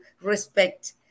respect